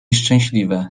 szczęśliwe